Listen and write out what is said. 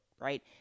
right